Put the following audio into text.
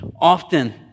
Often